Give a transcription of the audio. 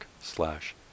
slash